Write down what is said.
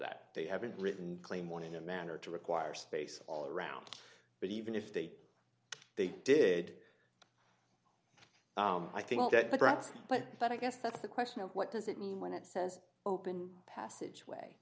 that they haven't written claim one in a manner to require space all around but even if they they did i think that perhaps but but i guess that's the question what does it mean when it says open passage way